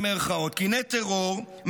קיני טרור,